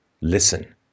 listen